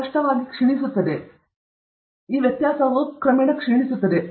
ಇದು ಸ್ಪಷ್ಟವಾಗಿ ಕ್ಷೀಣಿಸುತ್ತಿದೆ